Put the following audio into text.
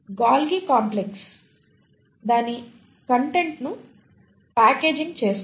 Golgi complex దాని కంటెంట్ను packaging చేస్తుంది